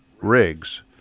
rigs